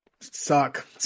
suck